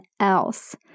else